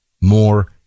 more